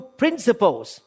principles